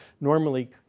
Normally